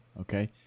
Okay